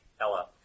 Ella